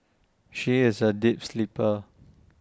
she is A deep sleeper